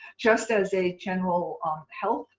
just as a general health